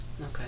okay